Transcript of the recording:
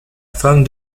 femme